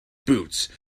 boots